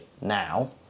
now